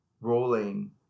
rolling